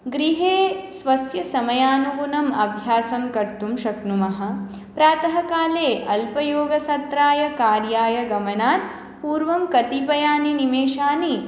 गृहे स्वस्य समयानुगुणमभ्यासं कर्तुं शक्नुमः प्रातःकाले अल्पयोगसत्राय कार्याय गमनात् पूर्वं कतिपयानि निमेषानि